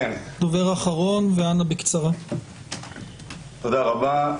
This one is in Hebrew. תודה רבה.